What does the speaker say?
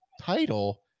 title